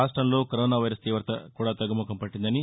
రాష్టంలో corona virus తీవత కూడా తగ్గముఖం పట్టిందని